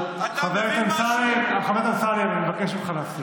חבר הכנסת אמסלם, אני מבקש ממך להפסיק.